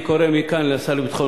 לפחות --- אני קורא מכאן לשר לביטחון